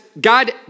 God